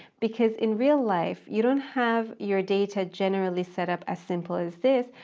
because in real life, you don't have your data generally set up as simple as this.